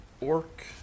orc